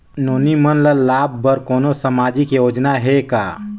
नोनी मन ल लाभ बर कोनो सामाजिक योजना हे का?